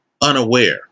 unaware